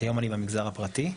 היום אני במגזר הפרטי,